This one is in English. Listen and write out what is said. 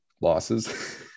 losses